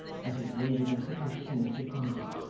as his wayward and capricious nature prompted.